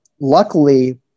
luckily